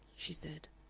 she said.